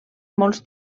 molts